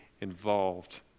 involved